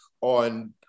on